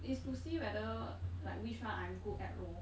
is to see whether like which [one] I'm good at lor